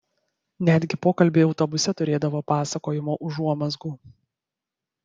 netgi pokalbiai autobuse turėdavo pasakojimo užuomazgų